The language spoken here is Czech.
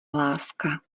láska